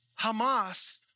Hamas